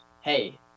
hey